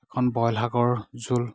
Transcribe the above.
এখন বইল শাকৰ জোল